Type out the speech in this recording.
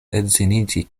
edziniĝi